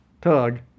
Tug